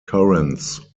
currents